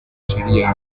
sería